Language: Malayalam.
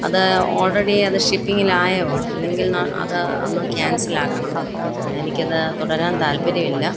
അത് ആൾറെഡീ അത് ഷിപ്പിങ്ങിലായോ ഇല്ലെങ്കിൽ അത് അങ്ങ് ക്യാൻസലാക്കണം എനിക്കത് തുടരാൻ താൽപ്പര്യമില്ല